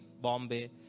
Bombay